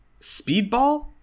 Speedball